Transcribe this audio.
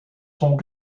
sont